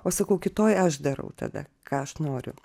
o sakau kitoj aš darau tada ką aš noriu